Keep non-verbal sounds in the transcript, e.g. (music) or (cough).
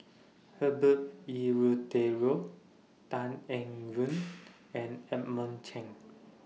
Herbert Eleuterio Tan Eng Yoon (noise) and Edmund Cheng